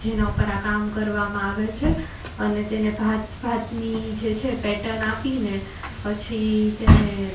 જેના ઉપર આ કામ કરવામાં આવે છે અને તેને ભાત ભાતની જે છે પેટન આપીને પછી તેને